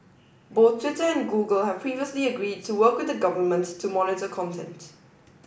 both Twitter and Google have previously agreed to work with the government to monitor content